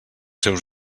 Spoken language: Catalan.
seus